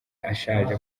ashaje